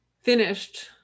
finished